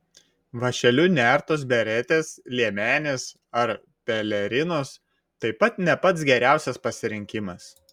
vąšeliu nertos beretės liemenės ar pelerinos taip pat ne pats geriausias pasirinkimas